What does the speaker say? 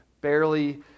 barely